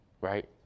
right